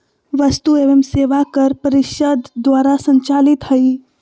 वस्तु एवं सेवा कर परिषद द्वारा संचालित हइ